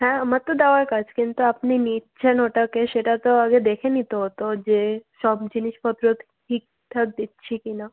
হ্যাঁ আমার তো দেওয়াই কাজ কিন্তু আপনি নিচ্ছেন ওটাকে সেটা তো আগে দেখে নিতে হতো যে সব জিনিসপত্র ঠিকঠাক দিচ্ছি কি না